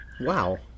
Wow